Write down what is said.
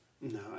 No